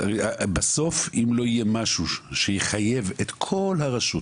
בסוף אם לא יהיה משהו שיחייב את כל הרשות